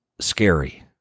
scary